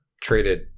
traded